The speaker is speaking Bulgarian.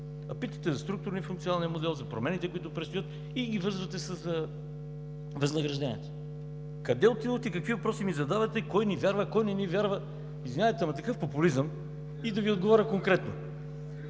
питате за структурния и функционалния модел, за промените, които предстоят, и ги връзвате с възнагражденията. Къде отивате и какви въпроси ми задавате – кой ни вярва, кой не ни вярва?! Извинявайте, но такъв популизъм... (Реплика от